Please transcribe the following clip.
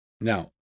Now